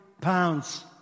pounds